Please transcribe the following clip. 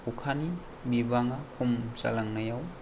अखानि बिबांआ खम जालांनायाव